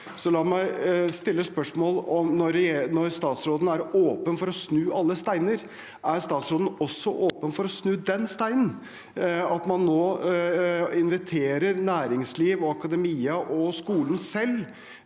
så la meg stille spørsmålet: Når statsråden er åpen for å snu alle steiner, er statsråden da også åpen for å snu den steinen – at man nå inviterer næringsliv, akademia og skolen selv